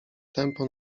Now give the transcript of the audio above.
tępo